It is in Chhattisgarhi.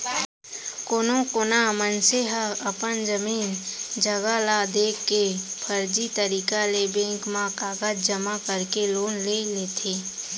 कोनो कोना मनसे ह अपन जमीन जघा ल देखा के फरजी तरीका ले बेंक म कागज जमा करके लोन ले लेथे